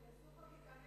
יעשו חקיקה נגד ההגבלה.